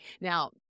Now